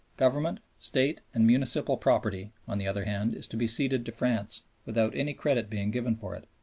government, state, and municipal property, on the other hand, is to be ceded to france without any credit being given for it.